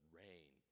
rain